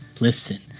listen